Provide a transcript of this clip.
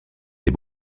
des